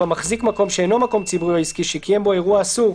מחזיק מקום שאינו מקום ציבורי או עסקי שקיים בו אירוע אסור,